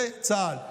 זה צה"ל.